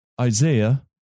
Isaiah